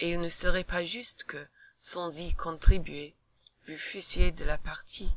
et il ne serait pas juste que sans y contribuer vous fussiez de la partie